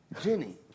Jenny